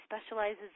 specializes